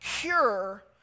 cure